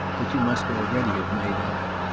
that you must already have made out.